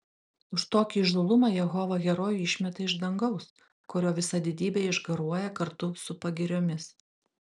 už tokį įžūlumą jehova herojų išmeta iš dangaus kurio visa didybė išgaruoja kartu su pagiriomis